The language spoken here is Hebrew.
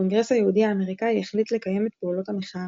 הקונגרס היהודי האמריקאי החליט לקיים את פעולות המחאה.